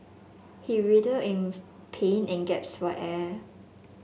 he writhed in pain and gasped for air